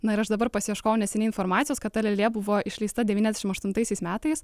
na ir aš dabar pasiieškojau neseniai informacijos kad ta lėlė buvo išleista devyniasdešimt aštuntaisiais metais